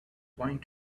point